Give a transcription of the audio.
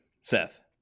Seth